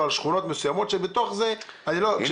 על שכונות מסוימות שבתוך זה --- ינון,